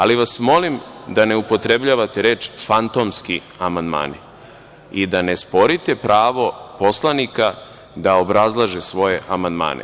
Molim vas da ne upotrebljavate reč „fantomski amandmani“ i da ne sporite pravo poslanika da obrazlažu svoje amandmane.